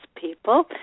people